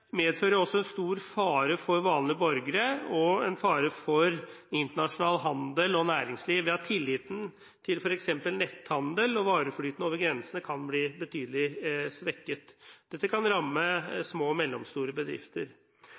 medfører en stor fare for vanlige borgere og en fare for internasjonal handel og næringsliv ved at tilliten til f.eks. netthandel og vareflyten over grensene kan bli betydelig svekket. Dette kan ramme små og mellomstore bedrifter.